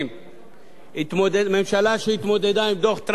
ממשלה שהתמודדה עם דוח-טרכטנברג באומץ,